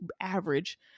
average